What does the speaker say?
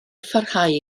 pharhau